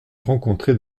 rencontrer